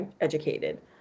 educated